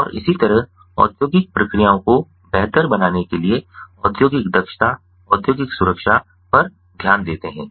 और इसी तरह औद्योगिक प्रक्रियाओं को बेहतर बनाने के लिए औद्योगिक दक्षता औद्योगिक सुरक्षा पर ध्यान देते हैं